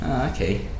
Okay